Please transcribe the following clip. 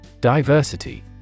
Diversity